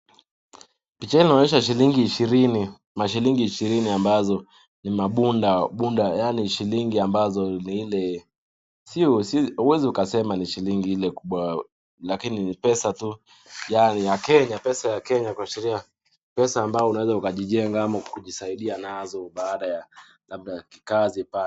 Picha hii inaonyesha shilingi ishirini, mashilingi ishirini ambazo ni mabuda buda shilingi ambazo niile uwezi ukasema ni shilingi ile kubwa, lakini ni pesa tu yaani ya Kenya, pesa ya Kenya kuashiria pesa ambazo unaweza ukajijenga ama ukajisaidia nazo baada ya labda kikazi pale.